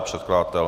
Předkladatel?